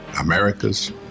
Americas